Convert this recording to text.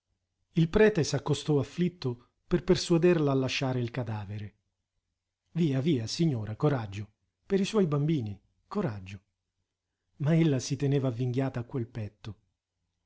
il prete s'accostò afflitto per persuaderla a lasciare il cadavere via via signora coraggio per i suoi bambini coraggio ma ella si teneva avvinghiata a quel petto